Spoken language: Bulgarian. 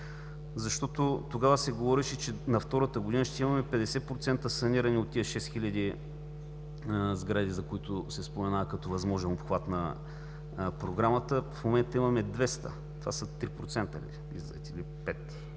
защото тогава се говореше, че на втората година ще имаме 50% санирани от тези 6 хил. сгради, за които се споменава като възможен обхват на програмата. В момента имаме 200 – това са три или пет